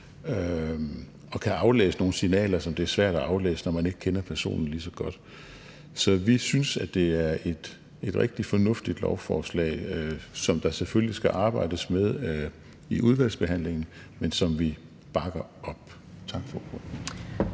og kan aflæse nogle signaler, som er svære at aflæse, når man ikke kender personen lige så godt. Så vi synes, at det er et rigtig fornuftigt lovforslag, som der selvfølgelig skal arbejdes med i udvalgsbehandlingen, men som vi bakker op om. Tak for